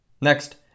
Next